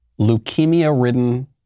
leukemia-ridden